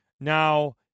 Now